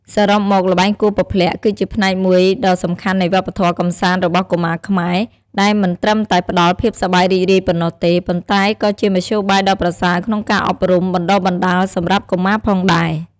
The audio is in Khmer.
សរុបមក ល្បែងគោះពព្លាក់គឺជាផ្នែកមួយដ៏សំខាន់នៃវប្បធម៌កម្សាន្តរបស់កុមារខ្មែរ ដែលមិនត្រឹមតែផ្ដល់ភាពសប្បាយរីករាយប៉ុណ្ណោះទេ ប៉ុន្តែក៏ជាមធ្យោបាយដ៏ប្រសើរក្នុងការអប់រំ បណ្ដុះបណ្ដាលសម្រាប់កុមារផងដែរ។